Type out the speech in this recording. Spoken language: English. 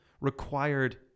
required